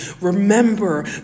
Remember